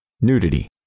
Nudity